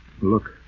Look